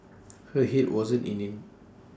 her Head wasn't in IT